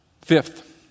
Fifth